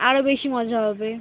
আরও বেশি মজা হবে